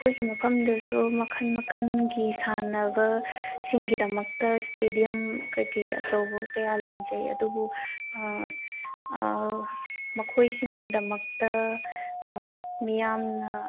ꯑꯩꯈꯣꯏꯒꯤ ꯃꯐꯝꯗꯁꯨ ꯃꯈꯜ ꯃꯈꯜꯒꯤ ꯁꯥꯟꯅꯕ ꯁꯤꯡꯒꯤꯗꯃꯛꯇ ꯏꯁꯇꯦꯗꯤꯌꯝ ꯀꯩꯀꯩ ꯑꯆꯧꯕ ꯀꯌꯥ ꯂꯩꯖꯩ ꯑꯗꯨꯕꯨ ꯃꯈꯣꯏꯁꯤꯡꯒꯤꯗꯃꯛꯇ ꯃꯤꯌꯥꯝꯅ